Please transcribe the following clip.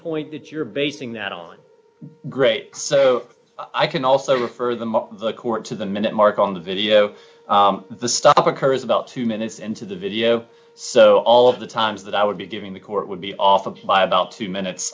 point that you're basing that on great so i can also refer them up the ct to the minute mark on the video the stop occurs about two minutes into the video so all of the times that i would be giving the court would be off by about two minutes